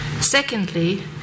Secondly